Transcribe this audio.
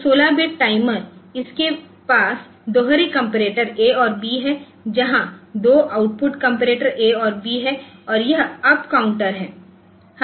तो 16 bit timer इसके के पास दोहरी कंपैरेटर ए और बी है यहां 2 आउटपुट कंपैरेटर ए और बी है और यह अप काउंटर हैं